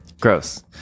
Gross